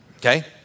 Okay